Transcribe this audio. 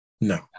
No